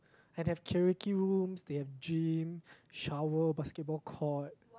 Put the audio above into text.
and have karaoke rooms they have gym shower basketball court